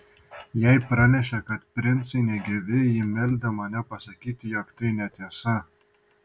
jai pranešė kad princai negyvi ji meldė mane pasakyti jog tai netiesa